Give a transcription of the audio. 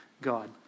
God